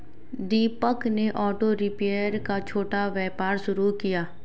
दीपक ने auto repair का छोटा व्यापार शुरू किया